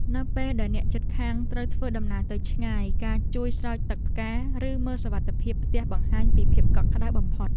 នៅពេលដែលអ្នកជិតខាងត្រូវធ្វើដំណើរទៅឆ្ងាយការជួយស្រោចទឹកផ្កាឬមើលសុវត្ថិភាពផ្ទះបង្ហាញពីភាពកក់ក្តៅបំផុត។